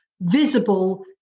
visible